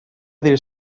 dir